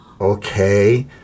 Okay